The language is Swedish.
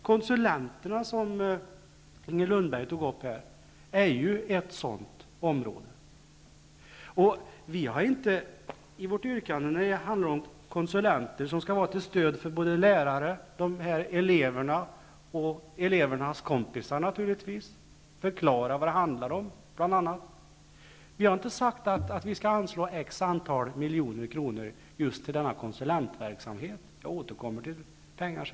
Konsulenterna, som Inger Lundberg tidigare berörde, är ett sådant område. Vi i vänsterpartiet har inte i vårt yrkande om de konsulenter som skall vara till stöd för lärare och eleverna -- och naturligtvis för elevernas kompisar för att bl.a. förklara vad det handlar om -- sagt att vi skall anslå x antal kronor just till denna konsulentverksamhet. Jag återkommer senare till frågan om pengarna.